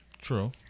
True